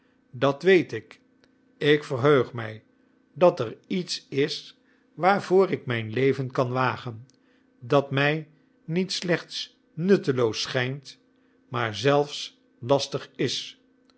dat weet ik ik verheug mij dat er iets is waarvoor ik mijn leven kan wagen dat mij niet slechts nutteloos schijnt maar zelfs lastig is